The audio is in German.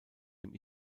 dem